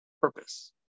purpose